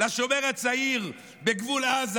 לשומר הצעיר בגבול עזה,